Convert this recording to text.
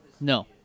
No